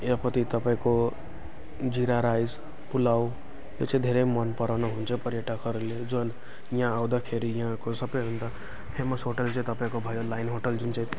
यहाँपट्टि तपाईँको जिरा राइस पुलाउ यो चाहिँ धेरै मन पराउनुहुन्छ पर्यटकहरूले जुन यहाँ आउँदाखेरि यहाँको सबैभन्दा फेमस होटेल चाहिँ तपाईँको भयो लाइन होटेल जुन चाहिँ